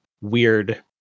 weird